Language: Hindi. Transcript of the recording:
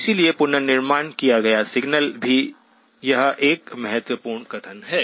इसलिए पुनर्निर्माण किया गया सिग्नल भी यह एक महत्वपूर्ण कथन है